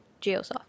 GeoSoft